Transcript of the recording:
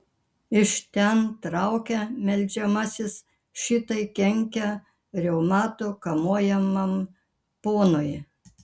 iš ten traukia meldžiamasis šitai kenkia reumato kamuojamam ponui